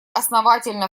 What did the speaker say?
основательно